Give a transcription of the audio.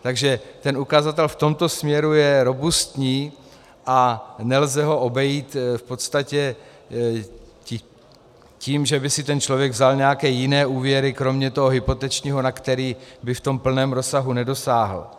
Takže ten ukazatel v tomto směru je robustní a nelze ho obejít v podstatě tím, že by si ten člověk vzal nějaké jiné úvěry kromě toho hypotečního, na který by v plném rozsahu nedosáhl.